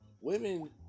Women